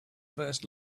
first